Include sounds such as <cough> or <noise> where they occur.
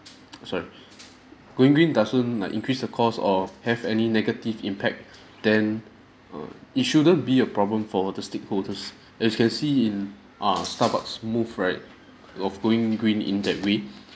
sorry <breath> going green doesn't like increase the cost or have any negative impact <breath> then uh it shouldn't be a problem for the stakeholders <breath> as you can see in err starbucks move right of going green in that way <breath>